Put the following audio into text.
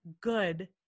good